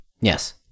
yes